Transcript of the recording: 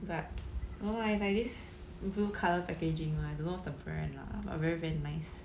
but no like like this blue colour packaging one I don't know what's the brand lah but very very nice